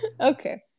Okay